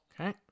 Okay